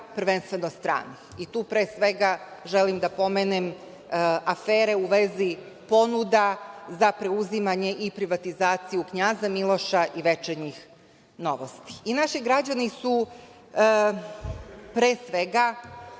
prvenstveno stranih, i tu pre svega želim da pomenem afere u vezi ponuda za preuzimanje i privatizaciju „Knjaza Miloša“ i „Večernjih Novosti“. Naši građani su izgubili